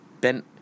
Ben